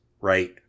right